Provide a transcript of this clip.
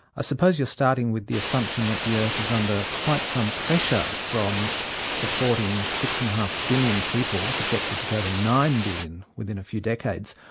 suppose you're starting with the assumption that the earth is under quite some pressure from supporting six. and five billion people, projected to go to nine billion within a few decades.